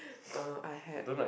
uh I had